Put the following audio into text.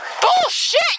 Bullshit